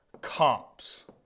comps